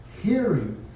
hearing